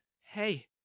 Hey